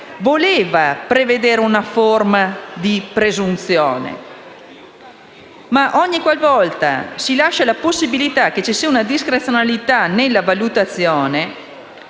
voleva prevedere una forma di presunzione, ma ogni qualvolta si lascia la possibilità di una discrezionalità nella valutazione,